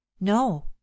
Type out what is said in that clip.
no